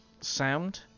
sound